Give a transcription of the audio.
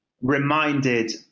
reminded